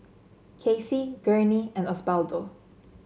Kacey Gurney and Osbaldo